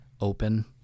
open